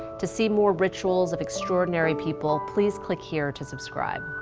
to see more rituals of extraordinary people, please click here to subscribe.